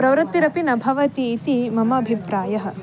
प्रवृत्तिरपि न भवतीति मम अभिप्रायः